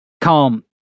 Calm